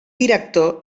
director